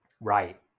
Right